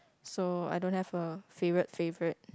so I don't have a favourite favourite